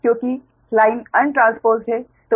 क्योंकि line untransposed है